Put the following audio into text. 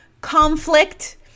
conflict